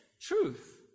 truth